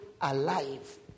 alive